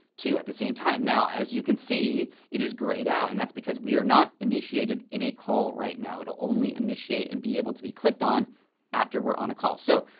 too, at the same time. now, as you can see, it is grayed out, and that's because we are not initiated in a call right now. it'll only initiate and be able to be clicked on after we're on a call. so,